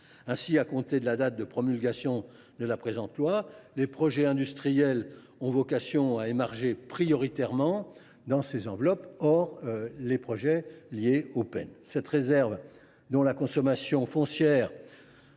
Ainsi, à compter de la date de promulgation de la présente loi, les projets industriels auront vocation à émarger prioritairement sur cette enveloppe, plutôt que sur l’enveloppe des Pene. Cette réserve, dont la consommation foncière